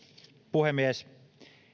puhemies